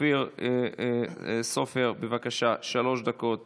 אופיר סופר, שלוש דקות